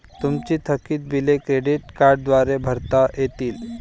तुमची थकीत बिले क्रेडिट कार्डद्वारे भरता येतील